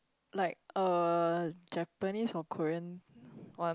like uh Japanese or Korean one